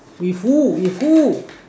with who with who